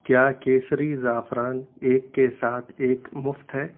کیا کیسری زعفران ایک کے ساتھ ایک مفت ہے